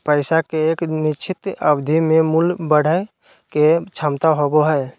पैसा के एक निश्चित अवधि में मूल्य बढ़य के क्षमता होबो हइ